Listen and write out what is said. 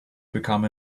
become